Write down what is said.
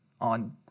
on